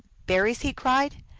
berries, he cried,